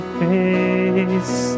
face